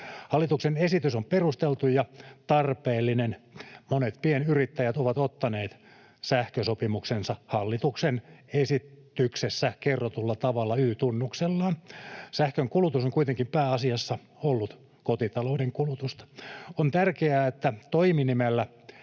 Hallituksen esitys on perusteltu ja tarpeellinen. Monet pienyrittäjät ovat ottaneet sähkösopimuksensa hallituksen esityksessä kerrotulla tavalla Y-tunnuksellaan. Sähkön kulutus on kuitenkin pääasiassa ollut kotitalouden kulutusta. On tärkeää, että toiminimellä